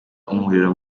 umuriro